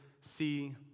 see